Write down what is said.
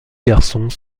garçons